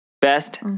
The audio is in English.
best